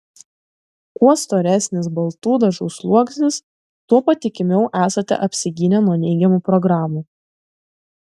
kuo storesnis baltų dažų sluoksnis tuo patikimiau esate apsigynę nuo neigiamų programų